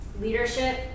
leadership